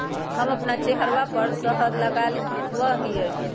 हम अपन चेहरवा पर शहद लगावा ही